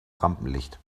rampenlicht